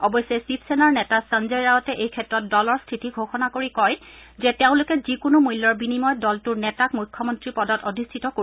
অৱশ্যে শিৱসেনাৰ নেতা সঞ্জয় ৰাৱটে এই ক্ষেত্ৰত দলৰ স্থিতি ঘোষণা কৰি কয় যে তেওঁলোকে যিকোনো মূল্যৰ বিনিময়ত দলটোৰ নেতাক মুখ্যমন্ত্ৰীৰ পদত অধিষ্ঠিত কৰিব